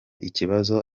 ikibazo